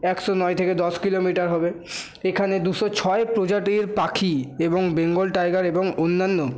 একশো নয় থেকে দশ কিলোমিটার হবে এখানে দুশো ছয় প্রজাতির পাখি এবং বেঙ্গল টাইগার এবং অন্যান্য